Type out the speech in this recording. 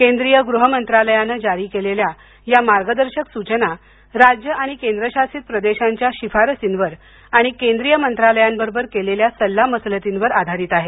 केंद्रीय गृह मंत्रालयानं जारी केलेल्या या मार्गदर्शक सूचना राज्य आणि केंद्रशासित प्रदेशांच्या शिफारसींवर आणि केंद्रीय मंत्रालयांबरोबर केलेल्या सल्ला मसलतींवर आधारित आहेत